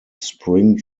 spring